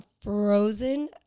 frozen